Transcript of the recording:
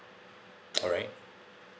alright